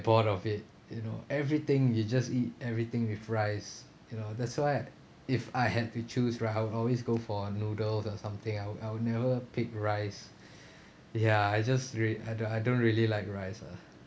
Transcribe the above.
bored of it you know everything you just eat everything with rice you know that's why if I had to choose right I will always go for noodles or something else I'll never pick rice ya I just rea~ I don't I don't really like rice ah